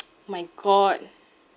my god